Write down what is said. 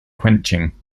quenching